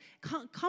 come